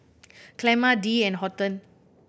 Clemma Dee and Horton